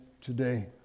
today